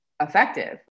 effective